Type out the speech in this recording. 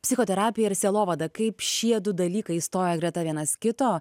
psichoterapija ir sielovada kaip šiedu dalykai stoja greta vienas kito